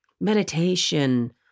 meditation